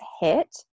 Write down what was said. hit